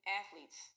athletes